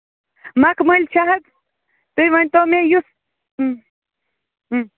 مَخمٔلۍ چھا حظ تُہۍ ؤنۍ تو مےٚ یُس